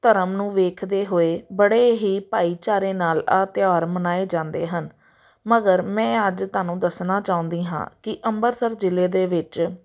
ਧਰਮ ਨੂੰ ਵੇਖਦੇ ਹੋਏ ਬੜੇ ਹੀ ਭਾਈਚਾਰੇ ਨਾਲ ਆਹ ਤਿਉਹਾਰ ਮਨਾਏ ਜਾਂਦੇ ਹਨ ਮਗਰ ਮੈਂ ਅੱਜ ਤੁਹਾਨੂੰ ਦੱਸਣਾ ਚਾਹੁੰਦੀ ਹਾਂ ਕਿ ਅੰਮ੍ਰਿਤਸਰ ਜ਼ਿਲ੍ਹੇ ਦੇ ਵਿੱਚ